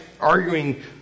arguing